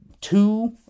two